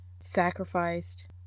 sacrificed